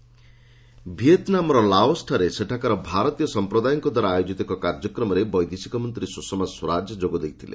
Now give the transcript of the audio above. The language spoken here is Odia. ଲାଓସ ସ୍ୱରାଜ ଭିଏତମାନର ଲାଓସ୍ଠାରେ ସେଠାକାର ଭାରତୀୟ ସମ୍ପ୍ରଦାୟଙ୍କ ଦ୍ୱାରା ଆୟୋଜିତ ଏକ କାର୍ଯ୍ୟକ୍ରମରେ ବୈଦେଶିକ ମନ୍ତ୍ରୀ ସୁଷମା ସ୍ପରାଜ ଯୋଗଦେଇଥିଲେ